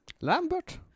Lambert